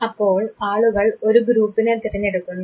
അപ്പോൾ ആളുകൾ ഒരു ഗ്രൂപ്പിനെ തിരഞ്ഞെടുക്കുന്നു